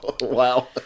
Wow